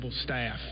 Staff